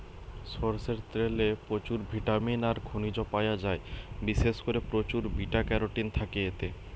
সরষের তেলে প্রচুর ভিটামিন আর খনিজ পায়া যায়, বিশেষ কোরে প্রচুর বিটা ক্যারোটিন থাকে এতে